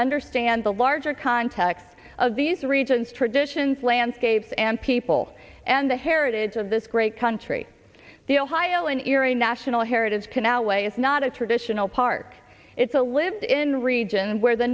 understand the larger context of these regions traditions landscapes and people and the heritage of this great country the ohio in erie national heritage canal way is not a traditional park it's a lived in region where the